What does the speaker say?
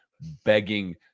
begging